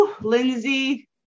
Lindsay